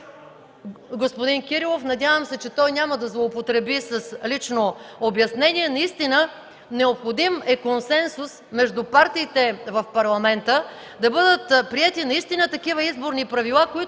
господин Кирилов, надявам се, че той няма да злоупотреби с лично обяснение, наистина е необходим консенсус между партиите в Парламента, да бъдат приети наистина такива изборни правила,